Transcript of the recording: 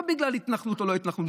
לא בגלל התנחלות או לא התנחלות,